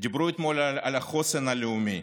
דיברו אתמול על החוסן הלאומי.